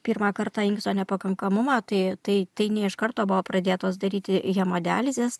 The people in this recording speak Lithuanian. pirmą kartą inksto nepakankamumą tai tai tai ne iš karto buvo pradėtos daryti hemodializės